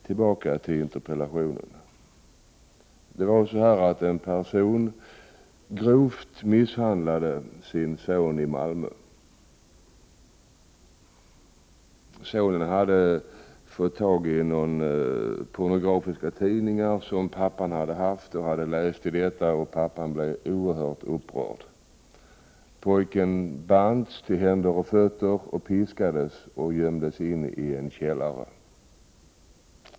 Tillbaka till interpellationen. En person i Malmö misshandlade sin son grovt. Sonen hade fått tag i och läst några pornografiska tidningar som pappan hade haft. Pappan blev oerhört upprörd. Pojken bands till händer och fötter, piskades och gömdes i en källare.